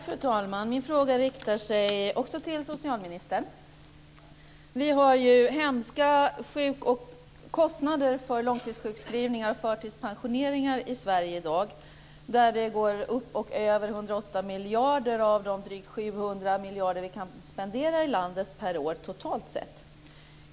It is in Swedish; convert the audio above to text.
Fru talman! Min fråga riktar sig också till socialministern. Vi har ju hemska kostnader för långtidssjukskrivningar och förtidspensioneringar i Sverige. I dag går över 108 miljarder till detta av de drygt 700 miljarder som vi totalt kan spendera per år.